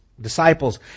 Disciples